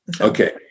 Okay